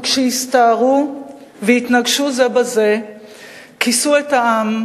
וכשהסתערו והתנגשו זה בזה כיסו את העם,